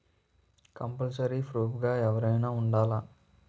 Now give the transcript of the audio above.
Compulsory proof గా ఎవరైనా ఉండాలా?